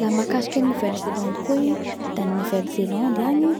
La mahakasiky any Nouvelle Zelande koa i da ny Nouvelle Zelande agny